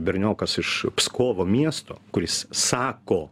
berniokas iš pskovo miesto kuris sako